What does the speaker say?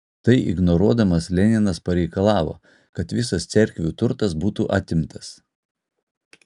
tai ignoruodamas leninas pareikalavo kad visas cerkvių turtas būtų atimtas